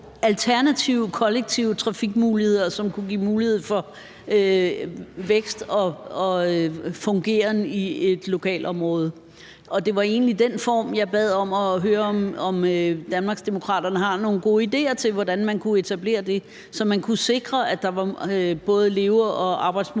alternative kollektiv trafik-muligheder, som kunne give mulighed for vækst og fungeren i et lokalområde, og det var egentlig den form, jeg bad om at høre om Danmarksdemokraterne har nogle gode ideer til hvordan man kunne etablere, så man kunne sikre, at der var både leve- og arbejdsmuligheder